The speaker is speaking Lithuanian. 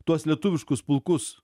tuos lietuviškus pulkus